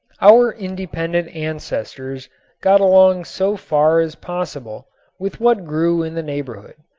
our independent ancestors got along so far as possible with what grew in the neighborhood.